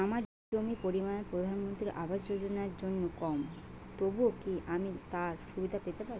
আমার জমির পরিমাণ প্রধানমন্ত্রী আবাস যোজনার জন্য কম তবুও কি আমি তার সুবিধা পেতে পারি?